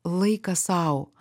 laikas sau